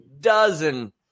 dozen